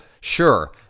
sure